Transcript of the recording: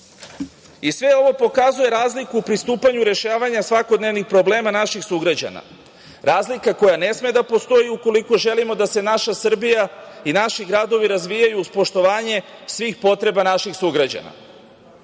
ovo pokazuje razliku u pristupanju rešavanja svakodnevnih problema naših sugrađana, razlika koja ne sme da postoji ukoliko želimo da se naša Srbija i naši gradovi razvijaju uz poštovanje svih potreba naših sugrađana.